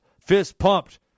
fist-pumped